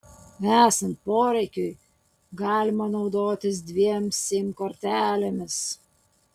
esant poreikiui galima naudotis dviem sim kortelėmis